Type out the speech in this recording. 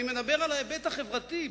אני מדבר על ההיבט החברתי.